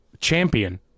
champion